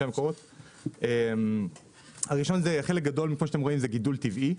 הראשון גידול טבעי.